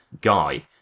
guy